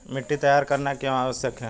मिट्टी तैयार करना क्यों आवश्यक है?